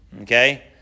Okay